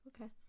Okay